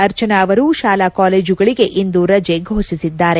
ಅರ್ಚನಾ ಅವರು ಶಾಲಾ ಕಾಲೇಜುಗಳಿಗೆ ಇಂದು ರಜೆ ಘೋಷಿಸಿದ್ದಾರೆ